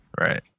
Right